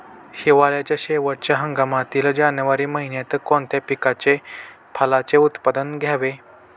हिवाळ्याच्या शेवटच्या हंगामातील जानेवारी महिन्यात कोणत्या पिकाचे, फळांचे उत्पादन घ्यावे?